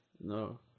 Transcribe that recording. No